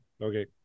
Okay